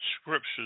scriptures